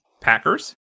Packers